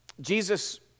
Jesus